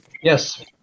yes